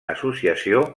associació